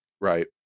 right